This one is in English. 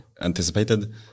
anticipated